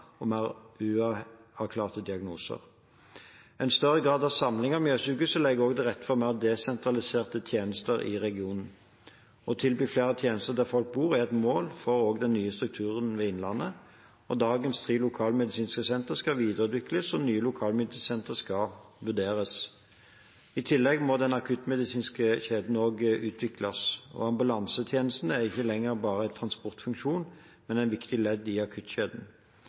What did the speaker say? og mer uavklarte diagnoser. En større grad av samling ved Mjøssykehuset legger til rette for mer desentraliserte tjenester i regionen. Å tilby flere tjenester der folk bor, er et mål for den nye strukturen ved Innlandet. Dagens tre lokalmedisinske sentre skal videreutvikles, og nye lokalmedisinske sentre skal vurderes. I tillegg må den akuttmedisinske kjeden utvikles. Ambulansetjenesten er ikke lenger bare en transportfunksjon, men et viktig ledd i akuttkjeden.